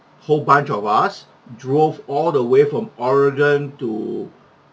whole bunch of us drove all the way from oregon to